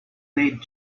need